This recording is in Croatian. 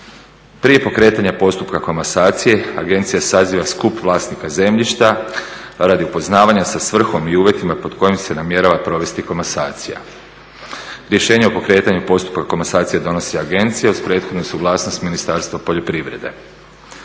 Prije pokretanja postupka komasacije agencija saziva skup vlasnika zemljišta radi upoznavanja sa svrhom i uvjetima pod kojim se namjerava provesti komasacija. Rješenja o pokretanju postupka komasacije donosi agencija u prethodnu suglasnost Ministarstva poljoprivrede.